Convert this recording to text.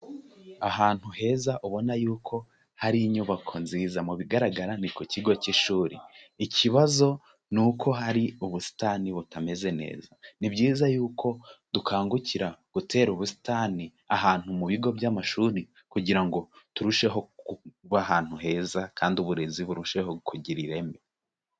Ahantu heza ubona yuko hari inyubako nziza, mu bigaragara ni ku kigo cy'ishuri, ikibazo ni uko hari ubusitani butameze neza. Ni byiza yuko dukangukira gutera ubusitani ahantu mu bigo by'amashuri kugira ngo turusheho kuba ahantu heza, kandi uburezi burusheho kugira ireme.